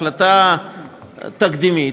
החלטה תקדימית,